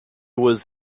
was